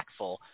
impactful